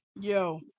yo